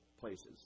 places